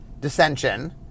Dissension